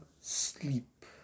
Sleep